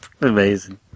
Amazing